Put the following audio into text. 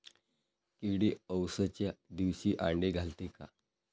किडे अवसच्या दिवशी आंडे घालते का?